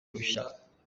rushya